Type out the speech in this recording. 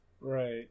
Right